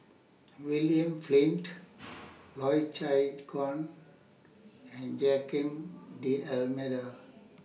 William Flint Loy Chye Chuan and Joaquim D'almeida